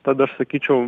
tad aš sakyčiau